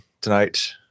tonight